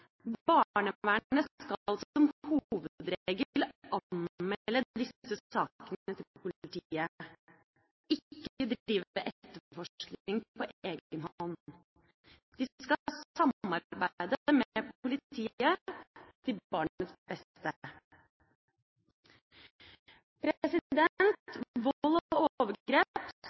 Barnevernet skal som hovedregel anmelde disse sakene til politiet, ikke drive etterforskning på egen hånd. Det skal samarbeide med politiet, til barnets beste. Vold og overgrep,